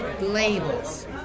labels